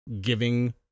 giving